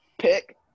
pick